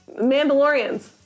Mandalorians